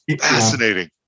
fascinating